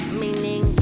meaning